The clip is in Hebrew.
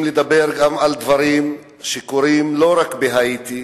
לדבר גם על דברים שקורים לא רק בהאיטי